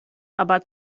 aber